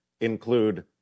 include